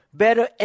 better